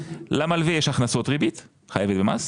למלווה יש הכנסות ריבית חייבות במס